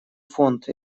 фонд